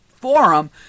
forum